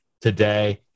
today